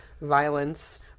violence